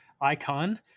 icon